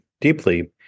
deeply